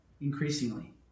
Increasingly